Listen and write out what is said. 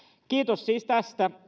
kiitos siis tästä